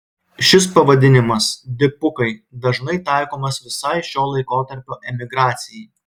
šis pavadinimas dipukai dažnai taikomas visai šio laikotarpio emigracijai